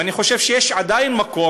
ואני חושב שיש עדיין מקום.